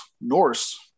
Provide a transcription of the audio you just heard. Norse